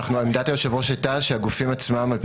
עמדת היושב-ראש הייתה שהגופים עצמם על פי